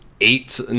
Eight